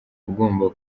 ugomba